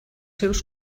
seus